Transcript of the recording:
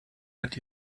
hat